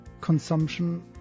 consumption